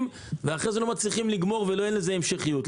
ואחרי כן לא מצליחים לגמור ואין לזה המשכיות.